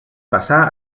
passà